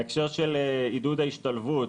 בהקשר של עידוד ההשתלבות,